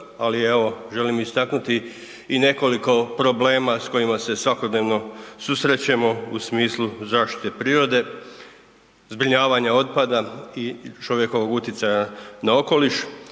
ali evo želim istaknuti i nekoliko problema s kojima se svakodnevno susrećemo u smislu zaštite prirode, zbrinjavanja otpada i čovjekovog utjecaja na okoliš.